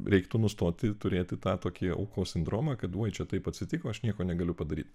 reiktų nustoti turėti tą tokį aukos sindromą kad oi čia taip atsitiko aš nieko negaliu padaryt